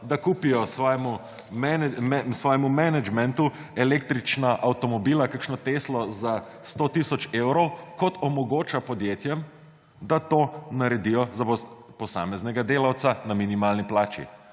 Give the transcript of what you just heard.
da kupijo svojemu menedžmentu električne avtomobile, kakšnega teslo za 100 tisoč evrov, kot omogoča podjetjem, da to naredijo za posameznega delavca na minimalni plači.